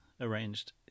arranged